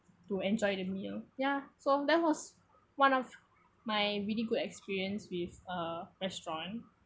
to enjoy the meal ya so that was one of my really good experience with a restaurant